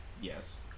yes